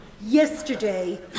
Yesterday